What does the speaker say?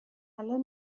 الان